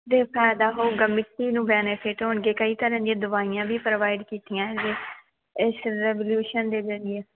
ਦਿਲ ਕਰਦਾ ਹੋਊਗਾ ਮਿੱਟੀ ਨੂੰ ਬੈਨੀਫਿਟ ਹੋਣਗੇ ਕਈ ਤਰ੍ਹਾਂ ਦੀਆਂ ਦਵਾਈਆਂ ਵੀ ਪ੍ਰੋਵਾਈਡ ਕੀਤੀਆਂ ਇਸ ਰੈਵੂਲਿਓਸ਼ਨ ਦੇ ਜ਼ਰੀਏ